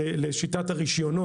לשיטת הרישיונות.